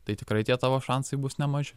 tai tikrai tie tavo šansai bus nemaži